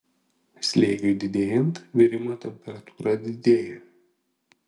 slėgiui didėjant virimo temperatūra didėja